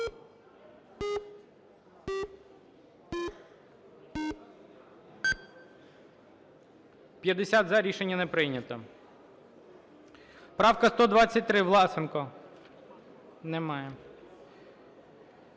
За-50 Рішення не прийнято. Правка 123, Власенко. Немає.